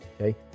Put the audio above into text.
Okay